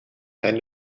hand